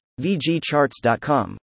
VGCharts.com